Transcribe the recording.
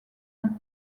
and